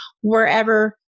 wherever